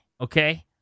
okay